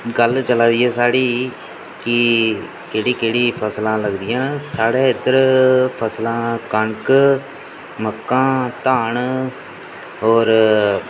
गल्ल चला दी ऐ साढ़ी कि केह्डी केहड़ी फसलां लगदियां साढै इद्धर फसलां कनक मक्कां धान होर